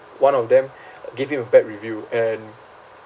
one of them give him a bad review and